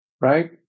right